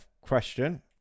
question